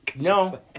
No